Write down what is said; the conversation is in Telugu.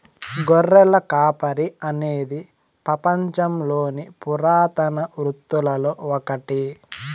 గొర్రెల కాపరి అనేది పపంచంలోని పురాతన వృత్తులలో ఒకటి